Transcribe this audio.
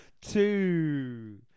Two